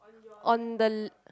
on the